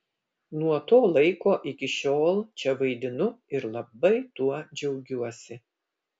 nuo to laiko iki šiol čia vaidinu ir labai tuo džiaugiuosi